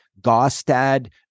Gostad